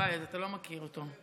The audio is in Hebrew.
וואי, אז אתה לא מכיר אותו.